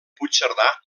puigcerdà